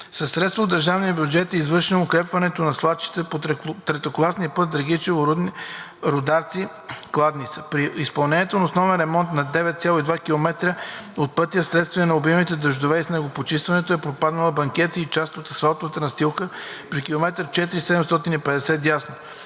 средства от държавния бюджет е извършено укрепване на свлачище по третокласния път Драгичево – Рударци – Кладница. При изпълнението на основния ремонт на 9,2 км от пътя вследствие на обилните дъждове и снеготопенето е пропаднал банкетът и част от асфалтовата настилка при км 4+750, дясно.